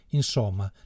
insomma